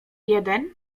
jeden